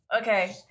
Okay